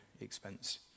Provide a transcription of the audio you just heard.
expense